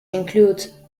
include